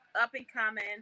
up-and-coming